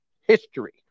history